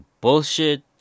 Bullshit